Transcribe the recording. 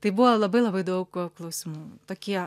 tai buvo labai labai daug klausimų tokie